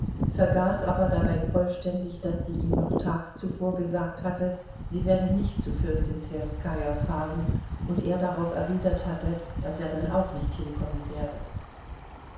vergaß aber dabei vollständig daß sie ihm noch tags zuvor gesagt hatte sie werde nicht zur fürstin twerskaja fahren und er darauf erwidert hatte daß er dann auch nicht hinkommen werde